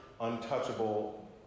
untouchable